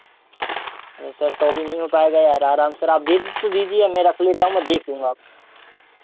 अरे सर तो भी नहीं हो पाएगा यार आराम से आप दे तो दीजिए मैं रख लेता हूँ मैं देख लूँगा